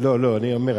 לא, לא, אני אומר,